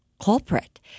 culprit